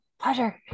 Pleasure